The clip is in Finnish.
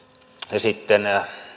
sitten